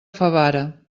favara